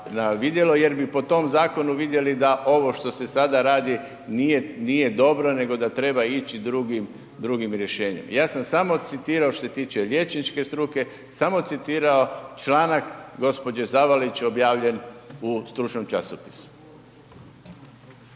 jer bi po tom zakonu vidjeli da ovo što se sada radi nije dobro nego da treba ići drugim rješenjem. Ja sam samo citirao što se tiče liječničke struke, samo citirao članak gđe. Zavalić objavljen u stručnom časopisu.